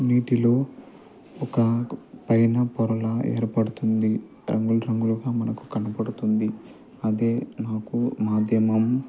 నీటిలో ఒక పైన పొరలా ఏర్పడుతుంది రంగులు రంగులుగా మనకు కనబడుతుంది అదే నాకు మాధ్యమం